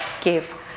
give